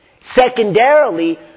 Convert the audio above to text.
Secondarily